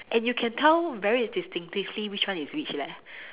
and you can tell very distinctively which one is which leh